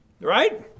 right